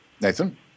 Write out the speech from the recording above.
Nathan